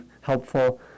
helpful